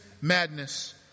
madness